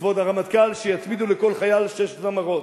כבוד הרמטכ"ל, שיצמידו לכל חייל שש זמרות.